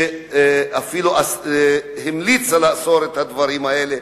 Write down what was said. שאפילו המליצה לאסור את הדברים האלה,